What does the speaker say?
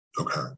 Okay